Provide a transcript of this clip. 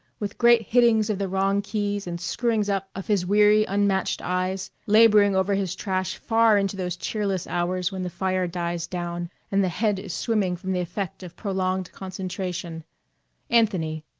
with great hittings of the wrong keys and screwings up of his weary, unmatched eyes, laboring over his trash far into those cheerless hours when the fire dies down, and the head is swimming from the effect of prolonged concentration anthony,